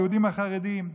היהודים החרדים.